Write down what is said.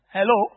Hello